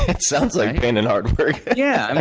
it sounds like pain and hard work. yeah, and